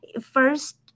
first